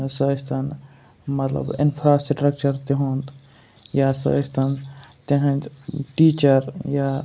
سُہ ٲسۍ تَن مَطلَب اِنفراسٹرَکچَر تِہُنٛد یا سُہ ٲسۍ تَن تِہِنٛدۍ ٹیٖچَر یا